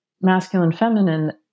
masculine-feminine